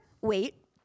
wait